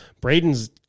Braden's